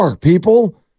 people